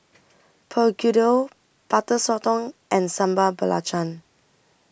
Begedil Butter Sotong and Sambal Belacan